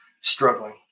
struggling